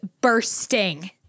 bursting